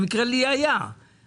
במקרה היה לי חשמל בשבת,